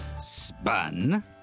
spun